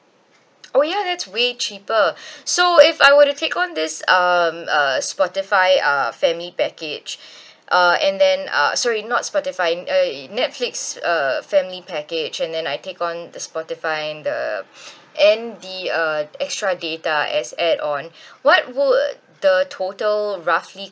oh ya it's way cheaper so if I were to take on this um uh spotify uh family package uh and then uh sorry not spotify uh netflix uh family package and then I take on the spotify the and the uh extra data as add on what would the total roughly